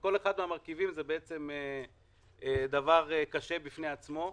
כל אחד מהמרכיבים הוא דבר קשה בפני עצמו,